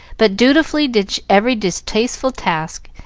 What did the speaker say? but dutifully did every distasteful task,